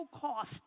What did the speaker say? cost